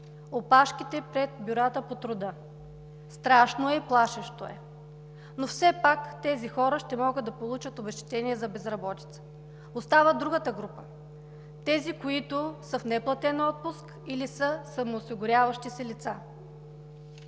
опашките пред бюрата по труда. Страшно и плашещо е. Но все пак тези хора ще могат да получат обезщетение за безработица. Остава другата група – тези, които са в неплатен отпуск или са самоосигуряващи се лица.